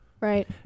Right